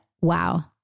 wow